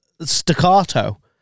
staccato